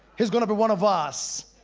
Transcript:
he's going to be one of us.